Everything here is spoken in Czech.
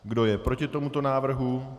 Kdo je proti tomuto návrhu?